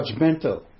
judgmental